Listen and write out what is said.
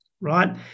Right